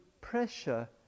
pressure